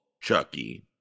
Chucky